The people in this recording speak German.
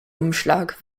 umschlag